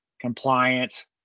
compliance